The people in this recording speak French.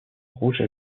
rouges